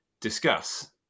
discuss